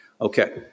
Okay